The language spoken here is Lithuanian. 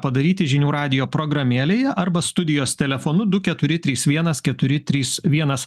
padaryti žinių radijo programėlėje arba studijos telefonu du keturi trys vienas keturi trys vienas